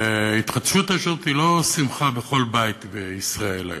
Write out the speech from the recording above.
וההתחדשות הזאת היא לא שמחה בכל בית בישראל היום.